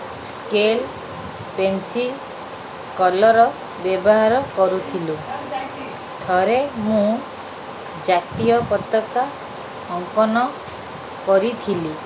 scale pencil colour ବ୍ୟବହାର କରୁଥିଲୁ ଥରେ ମୁଁ ଜାତୀୟ ପତକା ଅଙ୍କନ କରିଥିଲି